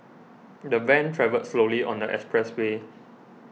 the van travelled slowly on the expressway